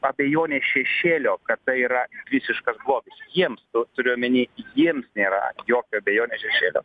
abejonės šešėlio kad tai yra visiškas blogis jiems turiu omeny jiems nėra jokio abejonės šešėlio